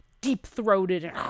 deep-throated